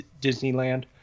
Disneyland